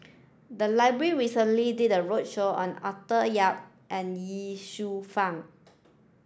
the library recently did a roadshow on Arthur Yap and Ye Shufang